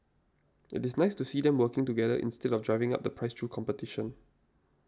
it is nice to see them working together instead of driving up the price through competition